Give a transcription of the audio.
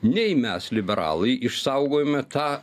nei mes liberalai išsaugojome tą